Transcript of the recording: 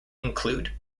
include